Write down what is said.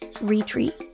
retreat